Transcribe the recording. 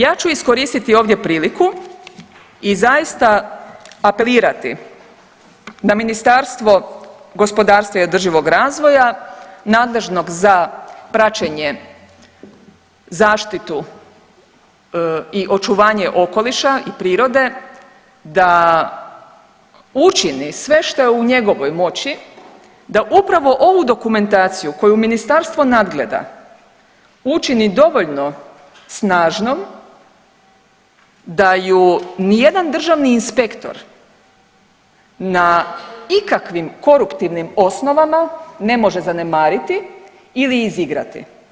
Ja ću iskoristiti ovdje priliku i zaista apelirati na Ministarstvo gospodarstva i održivoga razvoja nadležnog za praćenje, zaštitu i očuvanje okoliša i prirode, da učini sve što je u njegovoj moći da upravo ovu dokumentaciju koju Ministarstvo nadgleda učiniti dovoljno snažnom da ju nijedan državni inspektor na ikakvim koruptivnim osnovama ne može zanemariti ili izigrati.